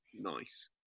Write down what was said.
nice